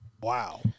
Wow